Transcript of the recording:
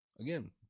again